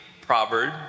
proverb